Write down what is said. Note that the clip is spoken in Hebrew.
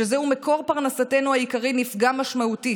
שזהו מקור פרנסתנו העיקרי, נפגע משמעותית.